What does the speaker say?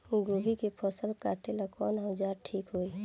गोभी के फसल काटेला कवन औजार ठीक होई?